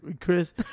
Chris